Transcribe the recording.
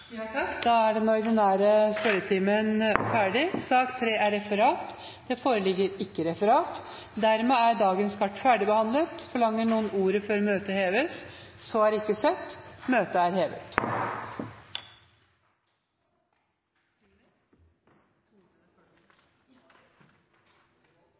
Den ordinære spørretimen er dermed omme. Det foreligger ikke noe referat. Dermed er dagens kart ferdigbehandlet. Forlanger noen ordet før møtet heves? – Møtet er hevet.